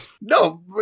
No